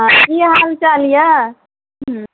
हँ की हालचाल यऽ